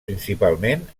principalment